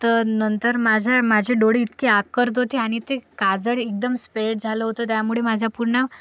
तर नंतर माझं माझे डोळे इतके आग करत होते आणि ते काजळ एकदम स्प्रेड झालं होतं त्यामुळे माझं पूर्ण